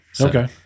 Okay